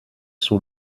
sous